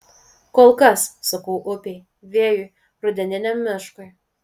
kol kas sakau upei vėjui rudeniniam miškui